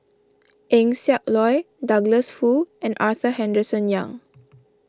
Eng Siak Loy Douglas Foo and Arthur Henderson Young